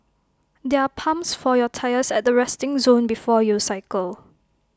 there are pumps for your tyres at the resting zone before you cycle